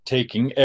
Taking